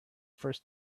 first